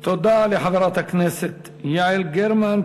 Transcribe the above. תודה לחברת הכנסת יעל גרמן.